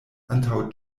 antaŭ